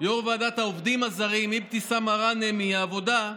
העובדים הזרים, אבתיסאם מראענה מהעבודה,